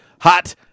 Hot